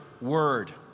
word